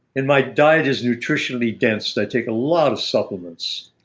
and my diet is nutritionally dense that i take a lot of supplements.